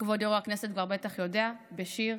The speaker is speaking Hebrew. כבוד יו"ר הכנסת כבר בטח יודע, בשיר,